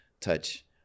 touch